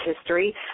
history